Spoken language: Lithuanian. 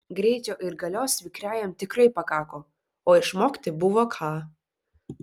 greičio ir galios vikriajam tikrai pakako o išmokti buvo ką